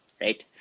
Right